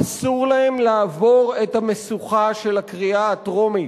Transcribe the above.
אסור להן לעבור את המשוכה של הקריאה הטרומית.